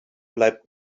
bleibt